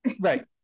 Right